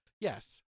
Yes